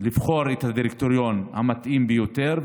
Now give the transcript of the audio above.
לבחור את הדירקטוריון המתאים ביותר.